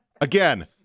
Again